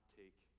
take